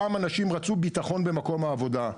פעם אנשים רצו ביטחון במקום העבודה,